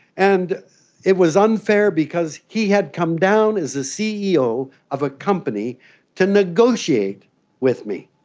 and it was unfair because he had come down as a ceo of a company to negotiate with me.